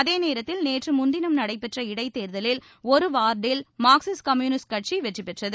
அதேநேரத்தில் நேற்று முன்தினம் நடைபெற்ற இடைத்தேர்தலில் ஒரு வார்டில் மார்க்சிஸ்ட் கம்யூனிஸ்ட் கட்சி வெற்றிபெற்றது